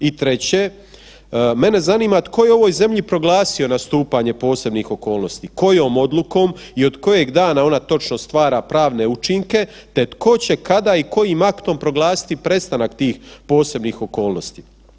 I treće, mene zanima tko je u ovoj zemlji proglasio nastupanje posebnih okolnosti, kojom odlukom i od kojeg dana ona točno stvara pravne učinke te tko će, kada i kojim aktom proglasiti prestanak tih posebnih okolnosti?